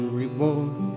reward